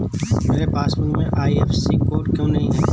मेरे पासबुक में IFSC code क्यो नहीं है?